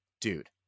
dude